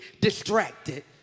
distracted